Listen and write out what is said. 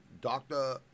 doctor